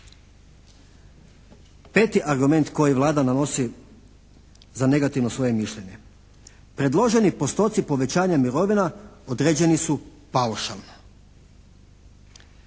Peti argument koji Vlada nanosi za negativno svoje mišljenje. Predloženi postoci povećanja mirovina određeni su paušalno.